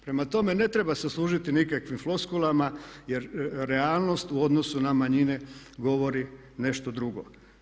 Prema tome ne treba se služiti nikakvim floskulama jer realnost u odnosu na manjine govori nešto drugo.